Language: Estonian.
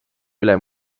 üle